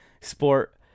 sport